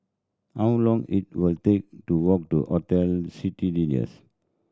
how long it will take to walk to Hotel Citadines